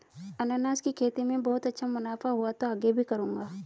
अनन्नास की खेती में अच्छा मुनाफा हुआ तो आगे भी करूंगा